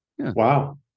wow